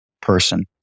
person